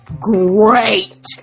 great